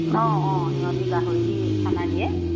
অঁ অঁ সিহঁতি গাহৰি দি খানা দিয়ে